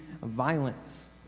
violence